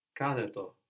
KANETO